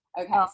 Okay